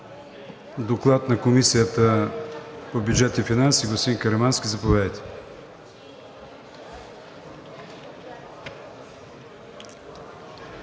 Доклад на Комисията по бюджет и финанси. Господин Каримански, заповядайте.